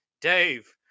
dave